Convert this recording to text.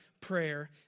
prayer